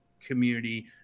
community